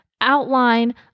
outline